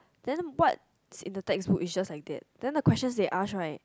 then what's in the textbook it's just like that then the questions they ask right